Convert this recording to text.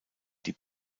die